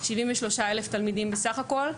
73 אלף תלמידים בסך הכול,